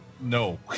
no